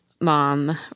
mom